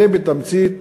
זה בתמצית